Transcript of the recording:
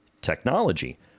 Technology